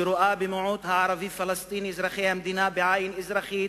שרואה את המיעוט הערבי-הפלסטיני אזרחי המדינה בעין אזרחית,